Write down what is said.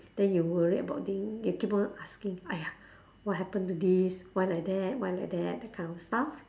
then you worried about being if people talking !aiya! what happen to this why like that why like that that kind of stuff